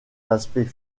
l’aspect